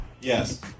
Yes